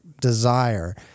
desire